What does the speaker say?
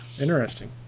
Interesting